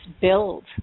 build